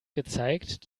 gezeigt